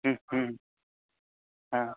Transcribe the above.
आ